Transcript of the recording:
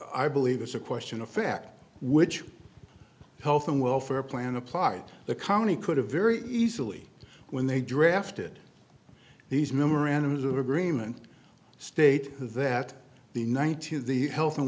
i believe it's a question of fact which health and welfare plan applied the county could have very easily when they drafted these memorandums of agreement state that the ninety's the health and